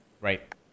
right